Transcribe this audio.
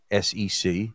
SEC